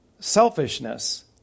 selfishness